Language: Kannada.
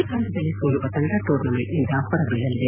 ಈ ಪಂದ್ಯದಲ್ಲಿ ಸೋಲುವ ತಂಡ ಟೂರ್ನಮೆಂಟ್ನಿಂದ ಹೊರಬೀಳಲಿದೆ